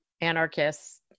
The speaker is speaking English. anarchists